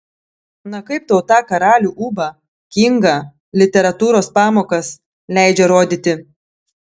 na kaip tau tą karalių ūbą kingą literatūros pamokas leidžia rodyti